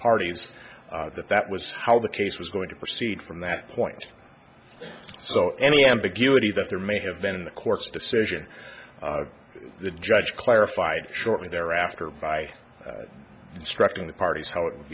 parties that that was how the case was going to proceed from that point so any ambiguity that there may have been in the court's decision the judge clarified shortly thereafter by instructing the parties how it would